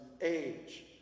age